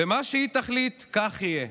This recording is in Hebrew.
ומה שהיא תחליט, כך יהיה.